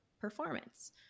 performance